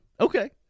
Okay